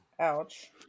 Ouch